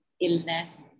illness